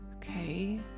Okay